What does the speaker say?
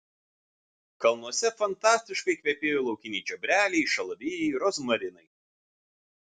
kalnuose fantastiškai kvepėjo laukiniai čiobreliai šalavijai rozmarinai